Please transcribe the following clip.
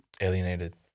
alienated